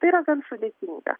tai yra gan sudėtinga